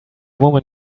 woman